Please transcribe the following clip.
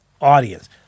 audience